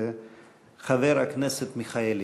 חבר הכנסת מיכאלי.